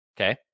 Okay